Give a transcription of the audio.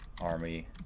army